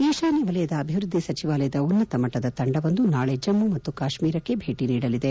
ಈಶಾನ್ಯ ವಲಯದ ಅಭಿವೃದ್ದಿ ಸಚಿವಾಲಯದ ಉನ್ನತಮಟ್ಟದ ತಂಡವೊಂದು ನಾಳೆ ಜಮ್ನು ಮತ್ತು ಕಾಶ್ನೀರಕ್ಷೆ ಭೇಟ ನೀಡಲಿದೆ